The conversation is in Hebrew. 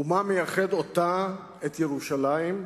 ומה מייחד אותה, את ירושלים,